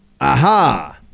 aha